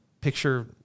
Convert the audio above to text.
picture